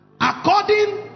According